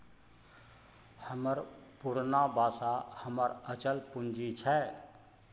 हमर पुरना बासा हमर अचल पूंजी छै